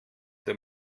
der